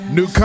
New